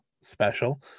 special